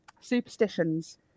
superstitions